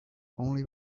only